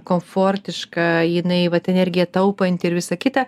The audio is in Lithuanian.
komfortiška jinai vat energiją taupanti ir visa kita